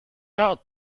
out